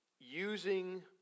using